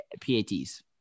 PATs